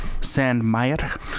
Sandmeyer